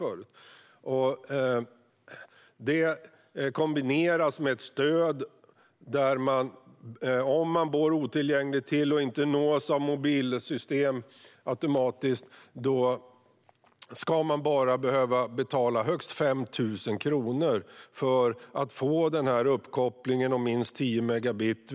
Detta kombineras med ett stöd där man om man bor otillgängligt och inte automatiskt nås av mobilsystem bara ska behöva betala högst 5 000 kronor för att få en uppkoppling på minst tio megabit.